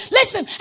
listen